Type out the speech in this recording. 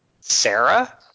Sarah